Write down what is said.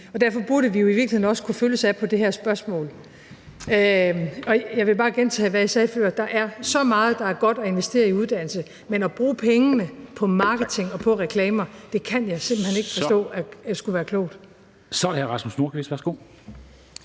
Derfor burde vi jo i virkeligheden også kunne følges ad på det her spørgsmål. Og jeg vil bare gentage, hvad jeg sagde før: Der er så meget, der er godt at investere i uddannelse, men at bruge pengene på marketing og på reklamer kan jeg simpelt hen ikke forstå skulle være klogt. Kl. 23:02 Formanden (Henrik Dam